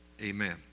Amen